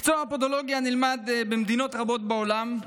מקצוע הפודולוגיה נלמד במדינות רבות בעולם,